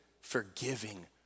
forgiving